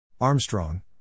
Armstrong